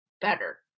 better